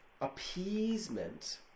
appeasement